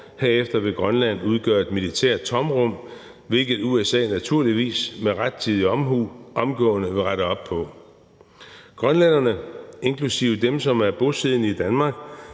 herefter vil Grønland udgøre et militært tomrum, hvilket USA naturligvis med rettidig omhu omgående vil rette op på. Grønlænderne, inklusive dem, som er bosiddende i Danmark,